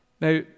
Now